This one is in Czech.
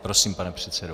Prosím, pane předsedo.